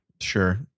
Sure